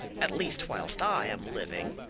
at least whilst i am living.